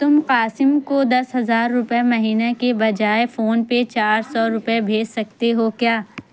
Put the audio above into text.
تم قاسم کو دس ہزار روپے مہینہ کے بجائے فونپے چار سو روپے بھیج سکتے ہو کیا